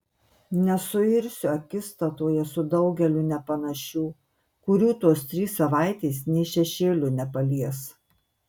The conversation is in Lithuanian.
nesuirsiu akistatoje su daugeliu nepanašių kurių tos trys savaitės nė šešėliu nepalies